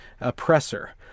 oppressor